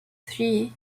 three